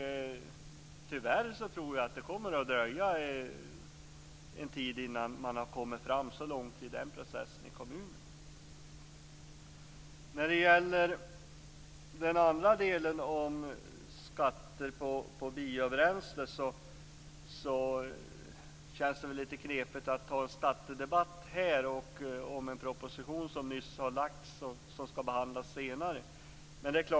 Tyvärr tror jag att det kommer att dröja en tid innan man har kommit fram så långt i den processen i kommunerna. När det gäller skatten på biobränslen känns det lite knepigt att ha en skattedebatt här om en proposition som nyss har framlagts och som skall behandlas senare.